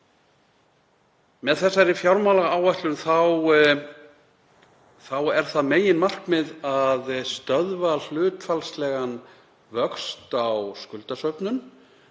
Með þessari fjármálaáætlun er það meginmarkmið að stöðva hlutfallslegan vöxt á skuldasöfnun